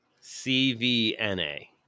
C-V-N-A